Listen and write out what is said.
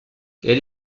elle